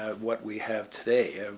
what we have today.